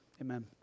Amen